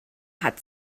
hat